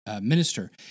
minister